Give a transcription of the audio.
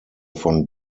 von